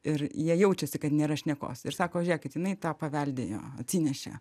ir jie jaučiasi kad nėra šnekos ir sako žiūrėkit jinai tą paveldėjo atsinešė